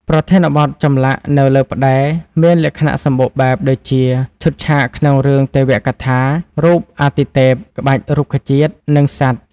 ប្រធានបទចម្លាក់នៅលើផ្តែរមានលក្ខណៈសម្បូរបែប ដូចជា ឈុតឆាកក្នុងរឿងទេវកថា រូបអាទិទេព ក្បាច់រុក្ខជាតិ និងសត្វ។